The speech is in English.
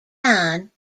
gan